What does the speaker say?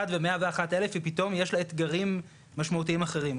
ו-101,000 פתאום יש לה אתגרים משמעותיים אחרים.